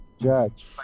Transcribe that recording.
judge